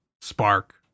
Spark